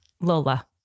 Lola